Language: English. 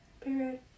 Period